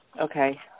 Okay